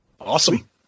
awesome